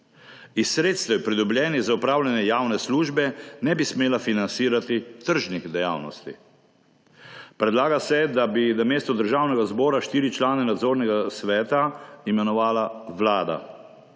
Iz sredstev, pridobljenih za opravljanje javne službe, ne bi smela financirati tržnih dejavnosti. Predlaga se, da bi namesto Državnega zbora štiri člane Nadzornega sveta imenovala Vlada.